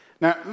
Now